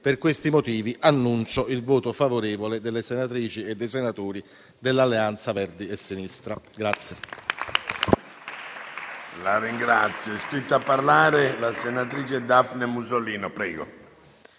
Per questi motivi, annuncio il voto favorevole delle senatrici e dei senatori della componente Alleanza Verdi e Sinistra del